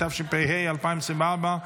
התשפ"ה 2024,